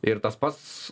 ir tas pats